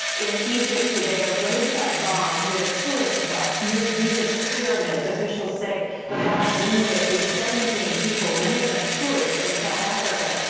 in egypt today, a roadside bomb hit a tourist bus near the giza pyramids. officials say the blast wounded at least seventeen people, many of them tourists from south africa.